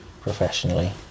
professionally